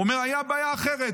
הוא אומר שהייתה בעיה אחרת,